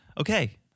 Okay